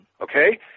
Okay